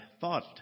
thought